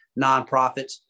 nonprofits